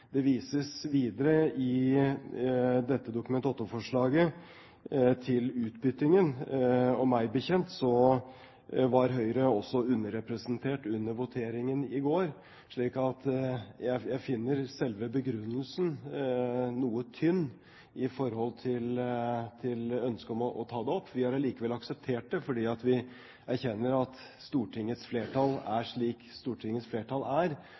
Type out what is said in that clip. Det vises videre i dette Dokument nr. 8-forslaget til utbyttingen, og meg bekjent var Høyre også underrepresentert under voteringen i går. Så jeg finner selve begrunnelsen noe tynn i forhold til ønsket om å ta det opp. Vi har allikevel akseptert det, fordi vi erkjenner at Stortingets flertall er slik Stortingets flertall er,